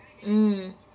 mm